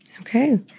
Okay